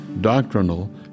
doctrinal